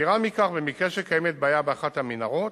יתירה מכך, במקרה שקיימת בעיה באחת המנהרות,